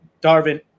Darvin